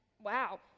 wow